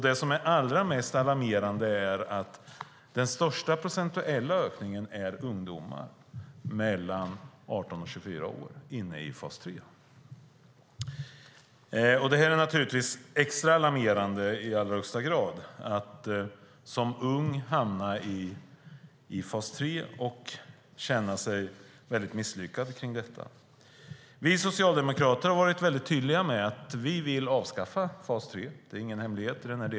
Det som är allra mest alarmerande är att den största procentuella ökningen i fas 3 gäller ungdomar mellan 18 och 24 år. Det är naturligtvis extra alarmerande i allra högsta grad att som ung hamna i fas 3 och känna sig misslyckad. Vi socialdemokrater har varit tydliga med att vi vill avskaffa fas 3. Det är ingen hemlighet.